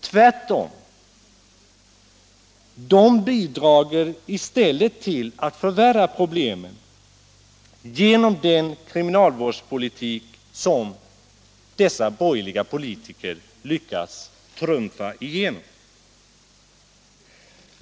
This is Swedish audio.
Tvärtom bidrar de i stället till att förvärra problemen genom den kriminalvårdspolitik som dessa borgerliga politiker lyckats trumfa igenom.